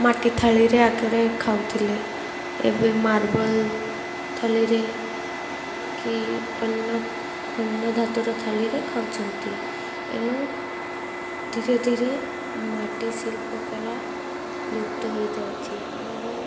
ମାଟି ଥାଳିରେ ଆଗରେ ଖାଉଥିଲେ ଏବେ ମାର୍ବଲ ଥାଳିରେ କି ଅନ୍ୟ ଅନ୍ୟ ଧାତର ଥାଳିରେ ଖାଉଛନ୍ତି ଏଣୁ ଧୀରେ ଧୀରେ ମାଟି ଶିଳ୍ପ କଳା ଲୁପ୍ତ ହେଇଯାଉଛି ଆମର